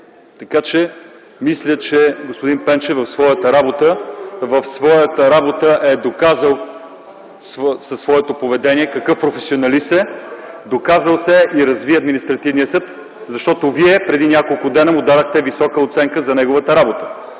Мисля, че господин Пенчев в своята работа е доказал с поведението си какъв професионалист е, доказал се е и разви Административния съд. Вие преди няколко дни дадохте висока оценка за неговата работа.